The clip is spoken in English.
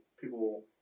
people